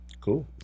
Cool